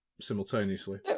simultaneously